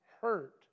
hurt